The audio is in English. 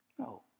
No